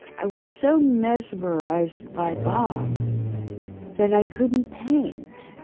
i was so mesmerized by bob that i couldn't paint.